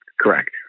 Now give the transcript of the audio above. Correct